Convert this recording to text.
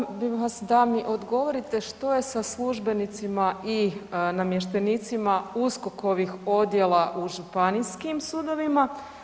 Molila bih vas da mi odgovorite što je sa službenicima i namještenicima uskokovih odjela u županijskim sudovima.